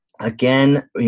again